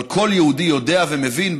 כל יהודי יודע ומבין,